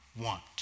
want